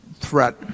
threat